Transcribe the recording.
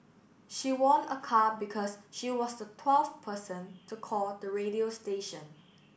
she won a car because she was the twelfth person to call the radio station